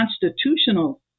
constitutional